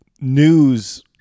news